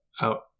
Out